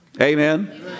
Amen